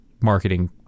marketing